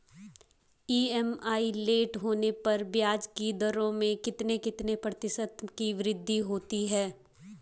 EMI late होने पर ब्याज की दरों में कितने कितने प्रतिशत की वृद्धि होती है?